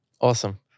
Awesome